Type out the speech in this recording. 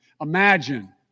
Imagine